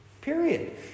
Period